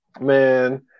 Man